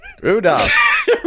Rudolph